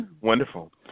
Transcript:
Wonderful